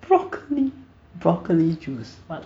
broccoli broccoli juice